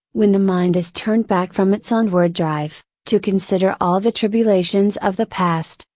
when the mind is turned back from its onward drive, to consider all the tribulations of the past,